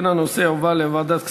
אם כן, הנושא יועבר לוועדת הכספים,